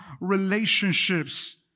relationships